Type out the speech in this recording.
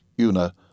Una